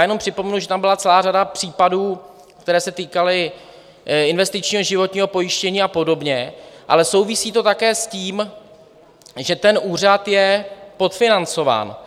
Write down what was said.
Jenom připomenu, že tam byla celá řada případů, které se týkaly investičního životního pojištění a podobně, ale souvisí to také s tím, že ten úřad je podfinancován.